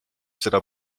seda